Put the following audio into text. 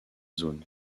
zone